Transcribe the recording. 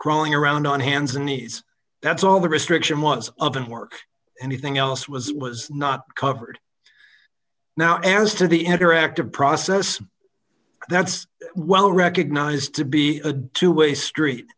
crawling around on hands and knees that's all the restriction was of didn't work anything else was not covered now as to the interactive process that's well recognized to be a two way street